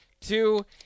two